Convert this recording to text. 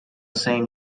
same